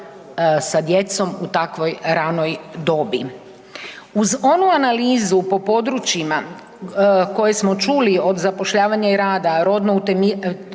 i očeva u takvoj ranoj dobi. Uz onu analizu po područjima koje smo čuli od zapošljavanja i rada, rodnog utemeljenog